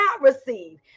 receive